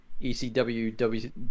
ECW